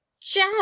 Jack